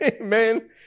Amen